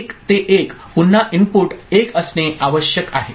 1 ते 1 पुन्हा इनपुट 1 असणे आवश्यक आहे